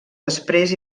després